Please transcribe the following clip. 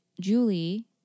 Julie